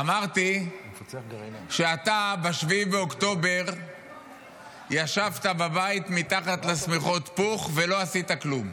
אמרתי שב-7 באוקטובר ישבת בבית מתחת לשמיכות פוך ולא עשית כלום.